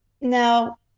Now